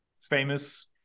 famous